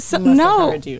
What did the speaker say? No